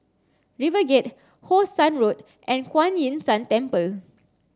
RiverGate How Sun Road and Kuan Yin San Temple